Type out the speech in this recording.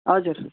हजुर